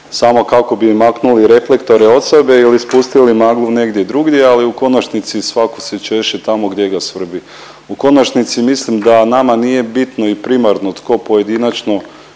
samo kako bi maknuli reflektore od sebe ili spustili maglu negdje drugdje ali u konačnici svako se češe tamo gdje ga svrbi. U konačnici mislim da nama nije bitno i primarno tko pojedinačno